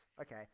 Okay